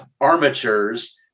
armatures